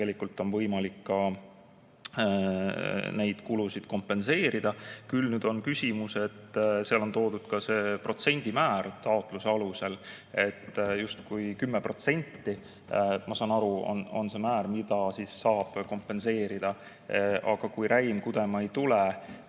tegelikult on võimalik ka neid kulusid kompenseerida. Nüüd on küll küsimus – seal on toodud ka see protsendimäär, taotluse alusel justkui 10%, ma saan aru, on see määr, mida saab kompenseerida –, et kui räim kudema ei tule,